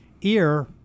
ear